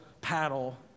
paddle